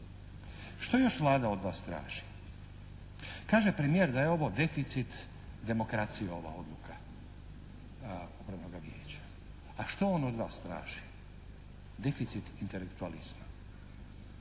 Što još Vlada od vas traži? Kaže premijer da je ovo deficit demokracije ova odluka upravnoga vijeća. A što on od vas traži? Deficit intelektualizma.